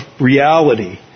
reality